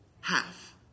half